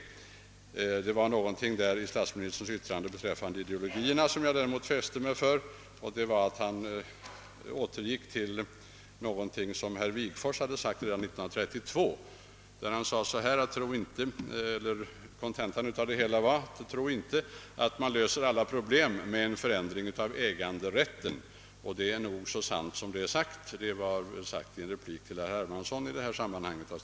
Däremot fäste jag mig vid det som statsministern sade beräffande ideologierna. Han åberopade något som herr Wigforss sagt redan år 1932. Konten tan var att man inte skulle tro att en förändring av äganderätten löste alla problem. Det sades av statsministern i en replik till herr Hermansson. Det är så sant som det är sagt.